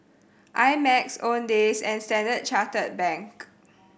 I Max Owndays and Standard Chartered Bank